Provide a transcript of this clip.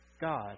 God